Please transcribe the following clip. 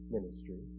ministry